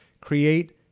create